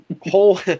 whole